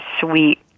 sweet